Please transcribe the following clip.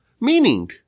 meaning